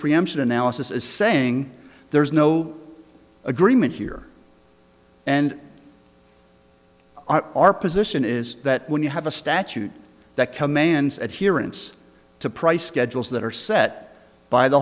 preemption analysis is saying there's no agreement here and our position is that when you have a statute that commands at here it's to price schedules that are set by the